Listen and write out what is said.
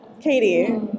Katie